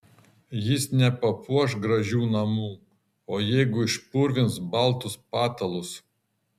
jis nepapuoš gražių namų o jeigu išpurvins baltus patalus